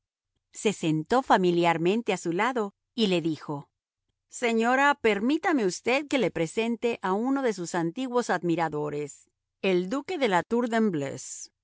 se sentó familiarmente a su lado y le dijo señora permítame usted que le presente a uno de sus antiguos admiradores el duque de la tour de